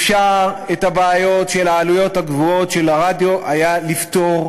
אפשר היה את הבעיות של העלויות הגבוהות של הרדיו לפתור.